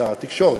שר התקשורת.